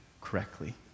correctly